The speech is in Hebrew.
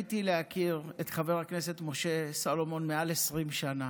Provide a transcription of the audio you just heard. וזכיתי להכיר את חבר הכנסת משה סולומון מעל 20 שנה,